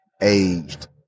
aged